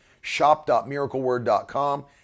shop.miracleword.com